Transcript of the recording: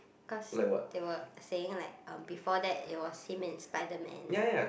cause they were saying like um before that it was him and SpiderMan